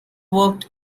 worked